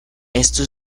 esto